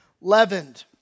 leavened